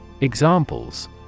Examples